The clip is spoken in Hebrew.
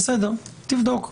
בסדר, תבדוק.